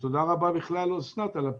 ותודה רבה בכלל על הפעילות.